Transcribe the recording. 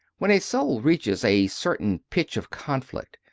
when a soul reaches a certain pitch of conflict,